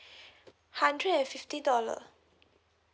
hundred and fifty dollar